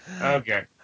Okay